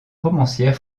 romancière